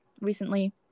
recently